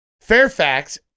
Fairfax